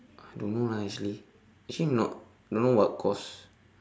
I don't know lah actually actually not don't know what course